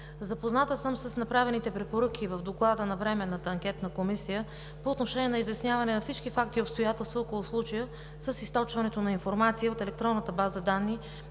запозната съм с направените препоръки в Доклада на Временната анкетна комисия по отношение на изясняване на всички факти и обстоятелства около случая с източването на информация от електронната база данни